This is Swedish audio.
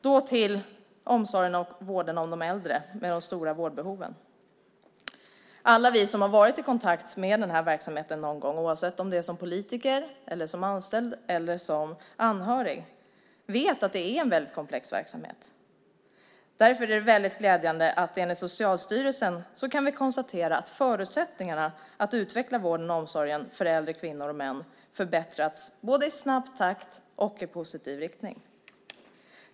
Så till omsorgen och vården om de äldre med de stora vårdbehoven. Alla vi som har varit i kontakt med den här verksamheten någon gång, oavsett om det är som politiker eller som anställd eller som anhörig, vet att det är en väldigt komplex verksamhet. Därför är det väldigt glädjande att vi, enligt Socialstyrelsen, kan konstatera att förutsättningarna för att utveckla vården och omsorgen för äldre kvinnor och män har förbättrats både i snabb takt och i positiv riktning.